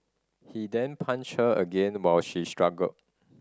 he then punched her again while she struggled